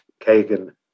Kagan